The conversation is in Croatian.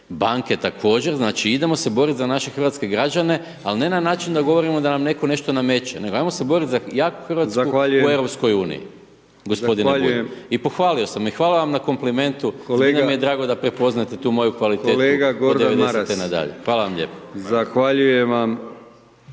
banke također, znači idemo se boriti za naše hrvatske građane, ali ne na način da govorimo da netko nešto nameće. Nego ajmo se boriti za jaku Hrvatsku u EU g. Bulj i pohvalio sam i hvala vam na komplimentu, zbilja mi je drago da prepoznajete tu mogu kvalitetu od '90. nadalje. Hvala vam lijepo.